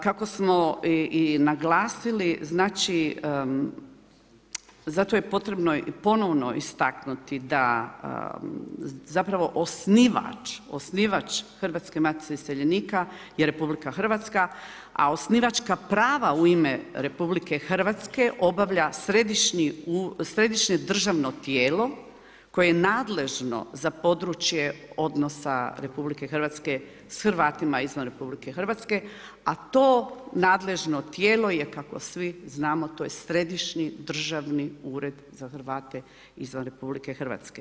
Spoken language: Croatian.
Kako smo i naglasili, znači za to je potrebno ponovno istaknuti da zapravo osnivač Hrvatske matice iseljenika je RH, a osnivačka prava u ime RH obavlja središnje državno tijelo koje je nadležno za područje odnosa RH s Hrvatima izvan RH, a to nadležno tijelo je, kako svi znamo, to je Središnji državni ured za Hrvate izvan RH.